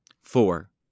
Four